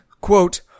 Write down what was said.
quote